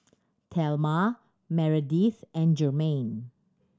Thelma Meredith and Jermaine